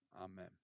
Amen